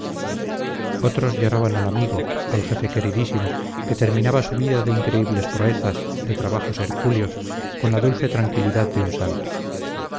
otros lloraban al amigo al jefe queridísimo que terminaba su vida de increíbles proezas de trabajos hercúleos con la dulce tranquilidad de un santo